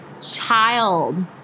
child